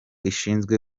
ishinzwe